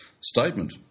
statement